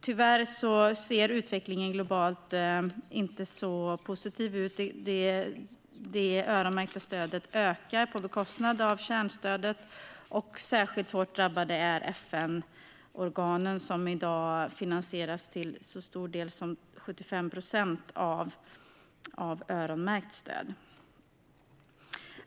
Tyvärr ser utvecklingen globalt inte så positiv ut. Det öronmärkta stödet ökar på bekostnad av kärnstödet. Särskilt hårt drabbade är FN-organen, som i dag till så stor del som 75 procent finansieras med öronmärkt stöd.